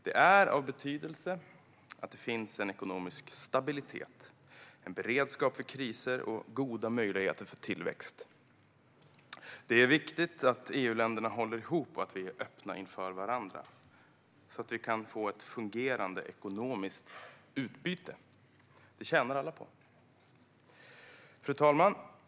Det är av betydelse att det finns en ekonomisk stabilitet, en beredskap för kriser och goda möjligheter för tillväxt. Det är viktigt att EU-länderna håller ihop och att vi är öppna inför varandra, så att vi kan få ett fungerande ekonomiskt utbyte. Det tjänar alla på. Fru talman!